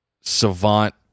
savant